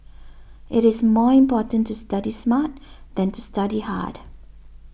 it is more important to study smart than to study hard